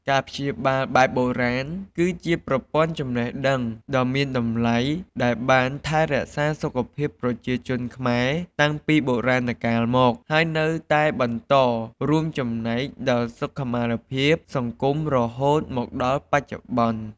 ការព្យាបាលបែបបុរាណ គឺជាប្រព័ន្ធចំណេះដឹងដ៏មានតម្លៃដែលបានថែរក្សាសុខភាពប្រជាជនខ្មែរតាំងពីបុរាណកាលមក ហើយនៅតែបន្តរួមចំណែកដល់សុខុមាលភាពសង្គមរហូតមកដល់បច្ចុប្បន្ន។